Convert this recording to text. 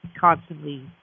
constantly